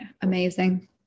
amazing